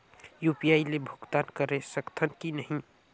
UPI ले भुगतान करे सकथन कि नहीं?